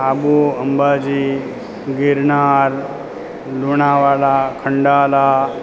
Abu Ambaji Girnar Lunawada Khandala